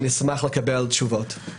נשמח לקבל תשובות.